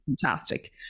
fantastic